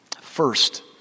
First